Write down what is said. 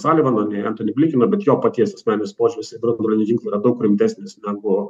salivano nei antoni blikino bet jo paties asmeninis požiūris į branduolinį ginklą yra daug rimtesnis negu